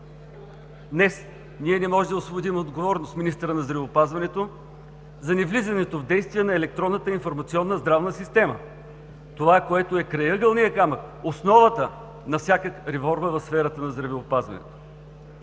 Днес ние не можем да освободим от отговорност министъра на здравеопазването за невлизането в действие на Електронната информационна здравна система – това, което е крайъгълният камък, основата на всяка реформа в сферата на здравеопазването.